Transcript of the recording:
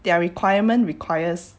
they are requirement requires